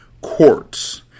quartz